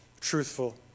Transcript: truthful